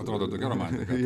atrodo tokia romantika